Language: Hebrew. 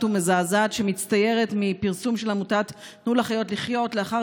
ומזעזעת שמצטיירת מפרסום של עמותת תנו לחיות לחיות לאחר